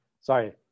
Sorry